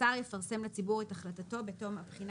השר יפרסם לציבור את החלטתו בתום הבחינה